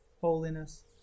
holiness